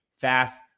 fast